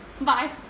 bye